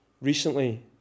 recently